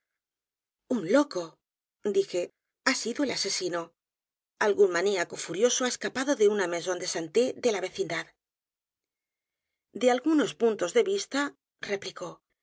un loco dije ha sido el asesino algún maníaco furioso escapado de una maison de santé de la vecindad de algunos puntos de vista replicó